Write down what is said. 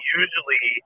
usually